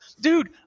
Dude